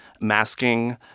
masking